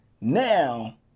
Now